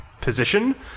position